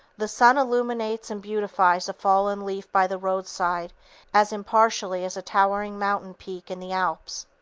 the sun illuminates and beautifies a fallen leaf by the roadside as impartially as a towering mountain peak in the alps.